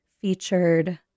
featured